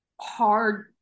hard